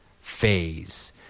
phase